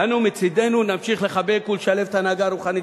אנו מצדנו נמשיך לחבק ולשלב את ההנהגה הרוחנית